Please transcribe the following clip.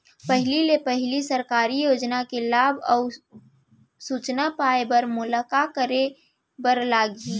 पहिले ले पहिली सरकारी योजना के लाभ अऊ सूचना पाए बर मोला का करे बर लागही?